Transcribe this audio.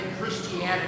Christianity